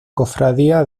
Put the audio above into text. cofradía